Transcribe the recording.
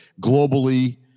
globally